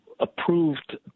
approved